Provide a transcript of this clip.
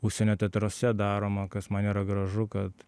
užsienio teatruose daroma kas man yra gražu kad